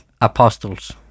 apostles